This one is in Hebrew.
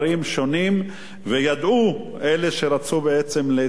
וידעו אלה שבעצם רצו להתחמק מתשלומים,